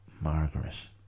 Margaret